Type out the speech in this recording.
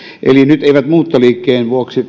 eli nyt muuttoliikkeen vuoksi